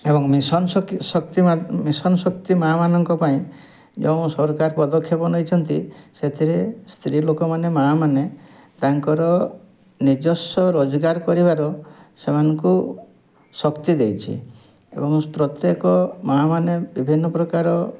ଏବଂ ମିଶନ୍ ଶକି ଶକ୍ତି ମିଶନ୍ ଶକ୍ତି ମାଁମାନଙ୍କ ପାଇଁ ଯେଉଁ ସରକାର ପଦକ୍ଷେପ ନେଇଛନ୍ତି ସେଥିରେ ସ୍ତ୍ରୀ ଲୋକମାନେ ମାଁମାନେ ତାଙ୍କର ନିଜସ୍ୱ ରୋଜଗାର କରିବାର ସେମାନଙ୍କୁ ଶକ୍ତି ଦେଇଛି ଏବଂ ପ୍ରତ୍ୟେକ ମାଁମାନେ ବିଭିନ୍ନ ପ୍ରକାର